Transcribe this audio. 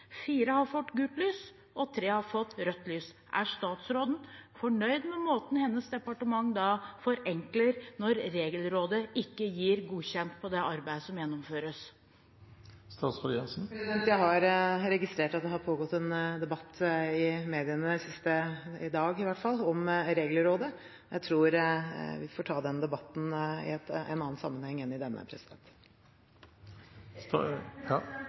fire har fått gult lys, og tre har fått rødt lys. Er statsråden fornøyd med måten hennes departement forenkler på, når Regelrådet ikke gir godkjent på det arbeidet som gjennomføres? Jeg har registrert at det har pågått en debatt i mediene i det siste – i dag, i hvert fall – om Regelrådet, og jeg tror vi får ta den debatten i en annen sammenheng enn denne.